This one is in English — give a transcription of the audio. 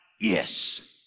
yes